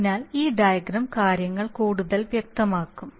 അതിനാൽ ഈ ഡയഗ്രം കാര്യങ്ങൾ കൂടുതൽ വ്യക്തമാക്കും